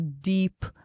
deep